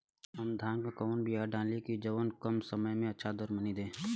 हम धान क कवन बिया डाली जवन कम समय में अच्छा दरमनी दे?